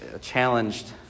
challenged